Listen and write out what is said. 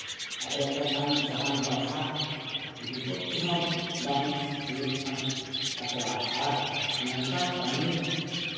ᱟᱫᱚ ᱮᱸᱰᱮᱠᱷᱟᱱ ᱡᱟᱦᱟᱱ ᱵᱟᱫᱷᱟ ᱵᱤᱯᱚᱛᱛᱤ ᱦᱚᱸ ᱵᱟᱝ ᱦᱩᱭᱩᱜ ᱠᱟᱱ ᱛᱟᱠᱚᱣᱟ ᱟᱨ ᱱᱚᱝᱠᱟ ᱠᱟᱹᱢᱤ